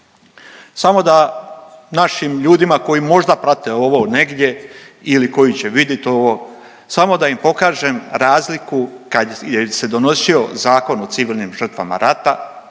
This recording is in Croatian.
Samo da našim ljudima koji možda prate ovo negdje ili koji će vidit ovo samo da im pokažem razliku kad se je donosio Zakon o civilnim žrtvama rata